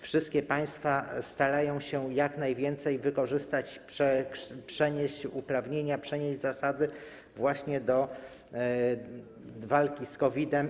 Wszystkie państwa starają się jak najwięcej wykorzystać, przenieść uprawnienia, przenieść zasady właśnie w przypadku walki z COVID-em.